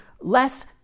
less